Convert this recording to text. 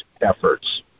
efforts